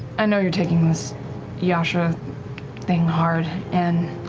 i know you're taking this yasha thing hard and